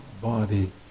body